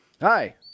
hi